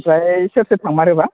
आमफ्राय सोर सोर थांमारोबा